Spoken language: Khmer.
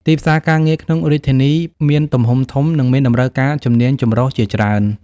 ទីផ្សារការងារក្នុងរាជធានីមានទំហំធំ និងមានតម្រូវការជំនាញចម្រុះជាច្រើន។